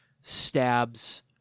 stabs